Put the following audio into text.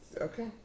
okay